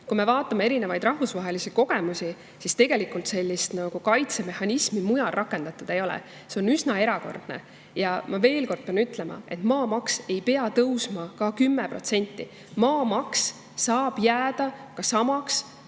Kui me vaatame erinevaid rahvusvahelisi kogemusi, siis tegelikult sellist kaitsemehhanismi mujal rakendatud ei ole. See on üsna erakordne. Ja ma veel kord pean ütlema, et maamaks ei pea tõusma ka 10%, maamaks saab jääda samaks